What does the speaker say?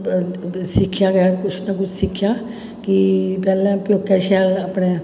सिक्खेआ गै कुछ ना कुछ सिक्खेआ गै कि पैह्लें प्यौके शैल अपने